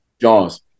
Jaws